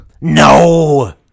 No